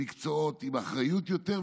למקצועות עם אחריות יותר,